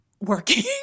Working